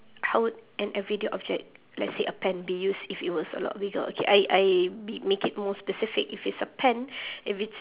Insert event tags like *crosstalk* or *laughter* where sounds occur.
how would an everyday object let's say a pen be used if it was a lot bigger okay I I be make it more specific if it's a pen *breath* if it's